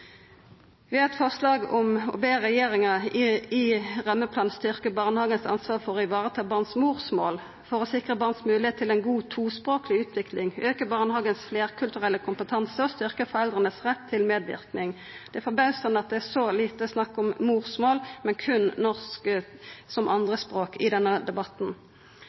Vi har eit forslag om å be regjeringa i rammeplanen styrkja barnehagen sitt ansvar for å ta vare på morsmålet til barna og moglegheita til ei god språkleg utvikling, auka den fleirkulturelle kompetansen i barnehagen og styrkja foreldra sin rett til medverknad. Det er forbausande at det er så lite snakk om morsmål, men berre om norsk som andrespråk i denne debatten.